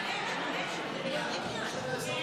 ההצעה להעביר את הצעת חוק זכויות